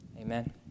Amen